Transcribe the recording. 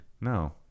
no